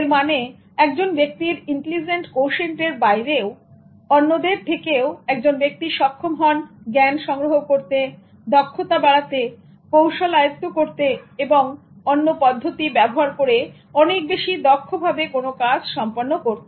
এর মানে একজন ব্যক্তির ইন্টেলিজেন্ট কোশেন্টেরintelligent quotient IQ বাইরেওঅন্যদের থেকেও একজন ব্যক্তি সক্ষম হন জ্ঞান সংগ্রহ করতে দক্ষতা বাড়াতে কৌশল আয়ত্ত করতে এবং অন্য পদ্ধতি ব্যবহার করে অনেক বেশি দক্ষ ভাবে কোনো কাজ সম্পন্ন করতে